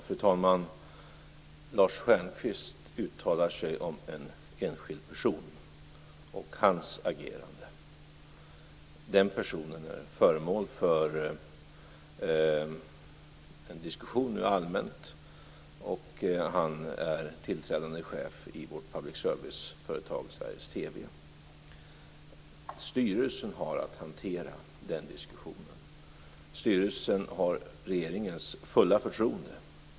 Fru talman! Lars Stjernkvist uttalar sig om en enskild person och hans agerande. Den personen är föremål för en allmän diskussion nu - han är tillträdande chef i vårt public service-företag Sveriges TV. Styrelsen har att hantera den diskussionen. Styrelsen har regeringens fulla förtroende.